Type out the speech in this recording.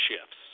shifts